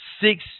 six